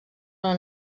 una